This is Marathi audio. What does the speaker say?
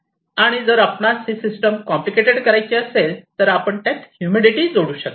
आणि जर आपणास ही सिस्टम कॉम्प्लिकेटेड करायची असेल तर आपण त्यात ह्युमिडिटी जोडू शकता